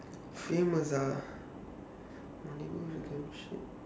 famous ah my neighborhood damn shit